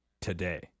today